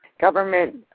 government